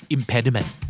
Impediment